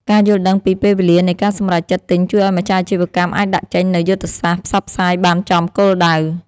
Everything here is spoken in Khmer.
ការយល់ដឹងពីពេលវេលានៃការសម្រេចចិត្តទិញជួយឱ្យម្ចាស់អាជីវកម្មអាចដាក់ចេញនូវយុទ្ធសាស្ត្រផ្សព្វផ្សាយបានចំគោលដៅ។